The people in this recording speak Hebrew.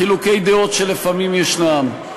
חילוקי דעות שלפעמים ישנם,